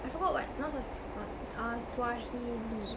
I forgot what not swasti~ ah swahili